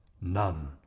none